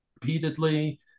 repeatedly